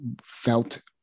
felt